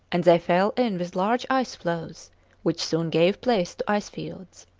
and they fell in with large ice-floes which soon gave place to ice-fields.